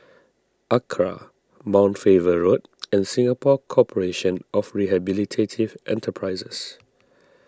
Acra Mount Faber Road and Singapore Corporation of Rehabilitative Enterprises